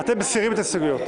אתם מסירים את ההסתייגויות.